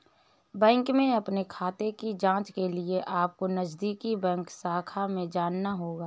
bank में अपने खाते की जांच के लिए अपको नजदीकी बैंक शाखा में जाना होगा